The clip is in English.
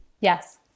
Yes